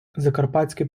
закарпатські